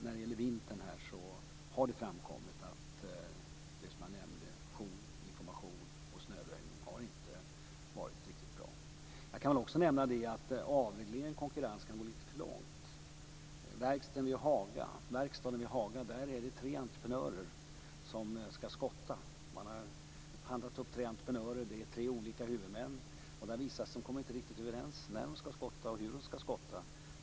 När det gäller vintern har det framkommit att jour, information och snöröjning inte har varit bra. Jag kan nämna att avreglering och konkurrens kan gå lite för långt. Vid verkstaden i Haga finns det tre entreprenörer som ska skotta. Det är tre olika huvudmän. De har inte riktigt kommit överens om när och hur de ska skotta.